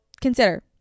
consider